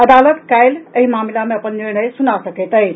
अदालत काल्हि एहि मामिला मे अपन निर्णय सुना सकैत अछि